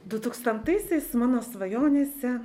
du tūkstantaisiais mano svajonėse